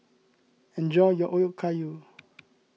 enjoy your Okayu